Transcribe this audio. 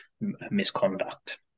misconduct